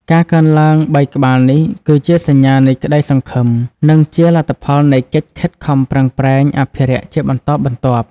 ការកើនឡើង ៣ ក្បាលនេះ គឺជាសញ្ញានៃក្តីសង្ឃឹម និងជាលទ្ធផលនៃកិច្ចខិតខំប្រឹងប្រែងអភិរក្សជាបន្តបន្ទាប់។